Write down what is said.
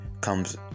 comes